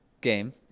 Game